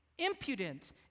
Impudent